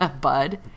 Bud